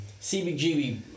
CBGB